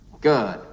Good